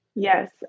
Yes